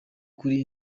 kuri